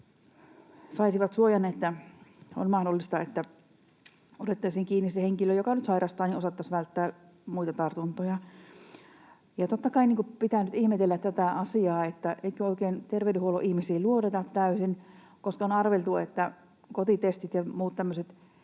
saisivat suojan, että olisi mahdollista, että otettaisiin kiinni se henkilö, joka nyt sairastaa, niin että osattaisiin välttää muita tartuntoja. Ja totta kai pitää nyt ihmetellä tätä asiaa, että eikö oikein terveydenhuollon ihmisiin luoteta täysin, koska on arveltu, että kotitestit ja muut tämmöiset